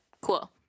cool